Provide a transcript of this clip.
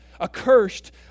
Accursed